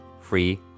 free